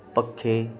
ਪੱਖੇ